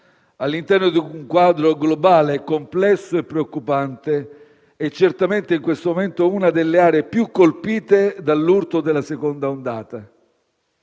all'interno di un quadro globale, complesso e preoccupante, è certamente in questo momento una delle aree più colpite dall'urto della seconda ondata.